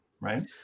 Right